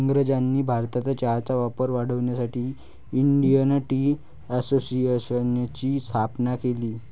इंग्रजांनी भारतात चहाचा वापर वाढवण्यासाठी इंडियन टी असोसिएशनची स्थापना केली